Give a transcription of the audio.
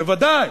בוודאי,